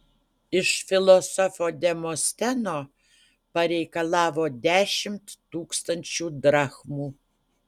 iš filosofo demosteno pareikalavo dešimt tūkstančių drachmų